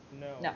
No